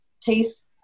taste